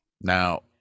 Now